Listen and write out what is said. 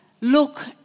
Look